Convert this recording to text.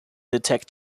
detect